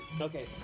Okay